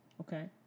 Okay